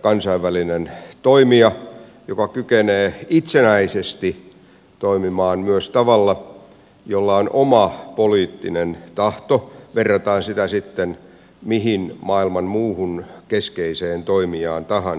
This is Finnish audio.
kansainvälinen toimija joka kykenee itsenäisesti toimimaan myös tavalla jolla on oma poliittinen tahto verrataan sitä sitten mihin maailman muuhun keskeiseen toimijaan tahansa